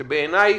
שבעיניי,